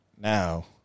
Now